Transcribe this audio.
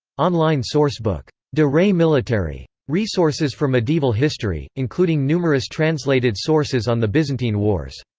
online sourcebook. de re militari. resources for medieval history, including numerous translated sources on the byzantine wars.